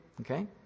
Okay